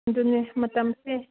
ꯑꯗꯨꯅꯦ ꯃꯇꯝꯁꯦ